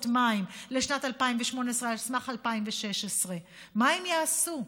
מים לשנת 2018 על סמך 2016. מה הם יעשו?